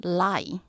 lie